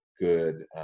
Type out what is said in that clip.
good